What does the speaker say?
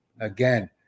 again